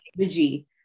energy